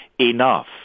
enough